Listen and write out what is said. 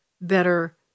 Better